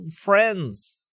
Friends